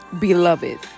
beloved